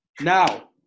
now